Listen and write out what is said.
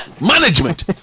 management